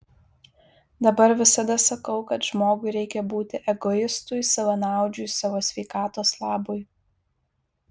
dabar visada sakau kad žmogui reikia būti egoistui savanaudžiui savo sveikatos labui